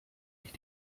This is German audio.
ich